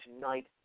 tonight